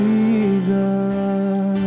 Jesus